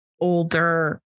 older